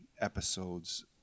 episodes